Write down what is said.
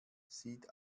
sieht